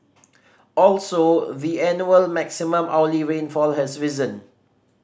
also the annual maximum hourly rainfall has risen